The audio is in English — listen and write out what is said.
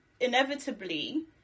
Inevitably